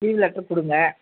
leave letter கொடுங்க